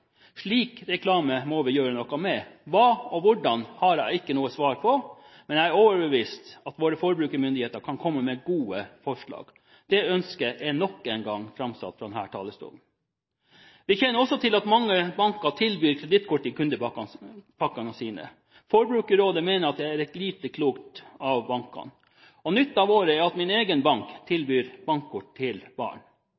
Slik reklame må vi gjøre noe med. Hva og hvordan har jeg ikke noe svar på, men jeg er overbevist om at våre forbrukermyndigheter kan komme med gode forslag. Det ønsket er nok en gang framsatt fra denne talerstolen. Vi kjenner også til at mange banker tilbyr kredittkort i kundepakkene sine. Forbrukerrådet mener at det er lite klokt av bankene. Nytt av året er at min egen bank tilbyr bankkort til